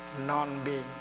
non-being